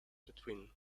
between